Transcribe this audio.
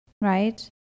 right